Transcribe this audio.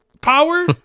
Power